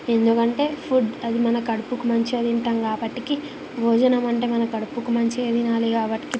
ఎందుకంటే ఫుడ్ అది మన కడుపుకి మంచిగా తింటాం కాబట్టికి భోజనం అంటే మన కడుపుకు మంచిగా తినాలి కాబట్టి